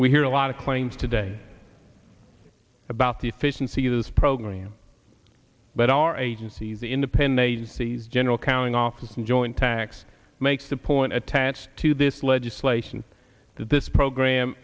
we hear a lot of claims today about the efficiency this program but our agencies the independent agencies general cowing office and joint tax makes the point attached to this legislation that this program